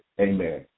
amen